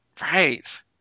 right